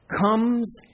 comes